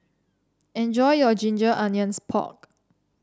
enjoy your Ginger Onions Pork